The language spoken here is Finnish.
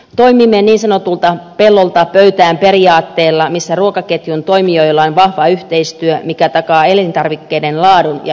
toimimme niin sanotulta pellolta pöytään periaatteella missä ruokaketjun toimijoilla on vahva yhteistyö mikä takaa elintarvikkeiden laadun ja turvallisuuden